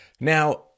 Now